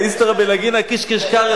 איסתרא בלגינא קיש קיש קריא,